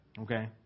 Okay